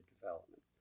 development